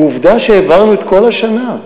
ועובדה שהעברנו את כל השנה,